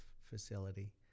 facility